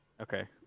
Okay